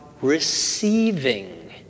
receiving